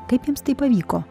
kaip jiems tai pavyko